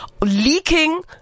Leaking